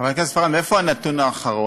חברת הכנסת פארן, מאיפה הנתון האחרון?